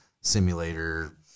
simulator